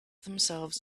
themselves